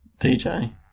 DJ